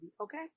Okay